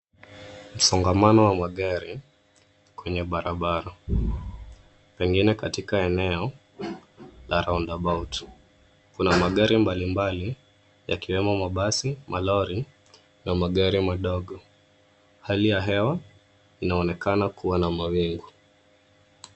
Msongamano wa magari, kwenye barabara pengine katika eneo la roundabout . Kuna magari mbali mbali, yakiwemo mabasi, malori na magari madogo. Hali ya hewa inaonekana kuwa na mawingu.